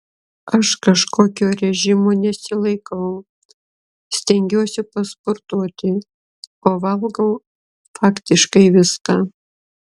aš kažkokio režimo nesilaikau stengiuosi pasportuoti o valgau faktiškai viską